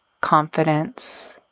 confidence